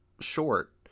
short